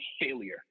failure